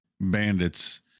bandits